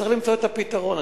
צריך למצוא את הפתרון.